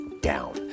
down